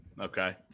Okay